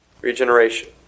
Regeneration